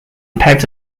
types